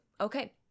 okay